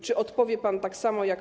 Czy odpowie pan tak samo jak